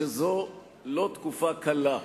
שזאת תקופה לא קלה.